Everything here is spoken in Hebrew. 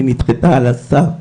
והיא נדחתה על הסף.